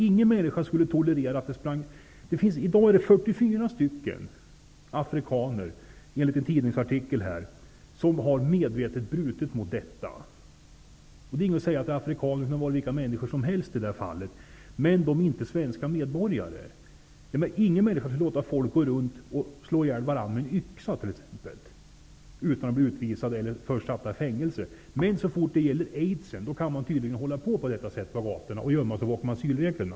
I dag finns enligt en tidningsartikel 44 stycken afrikaner som medvetet har brutit mot smittskyddslagen. Jag nämner att det är fråga om afrikaner, men det kunde ha varit vilka människor som helst som inte är svenska medborgare. Ingen skulle låta andra gå runt och slå ihjäl folk med yxa utan att bli utvisade eller satta i fängelse, men så fort det gäller aids är det tydligen tillåtet att hålla på på detta sätt och sedan gömma sig bakom asylreglerna.